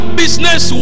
business